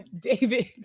David